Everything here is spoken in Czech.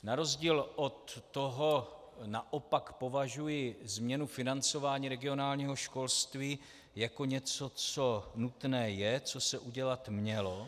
Na rozdíl od toho naopak považuji změnu financování regionálního školství jako něco, co nutné je, co se udělat mělo.